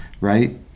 right